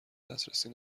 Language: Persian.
دسترسی